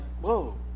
whoa